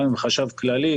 גם עם החשב הכללי,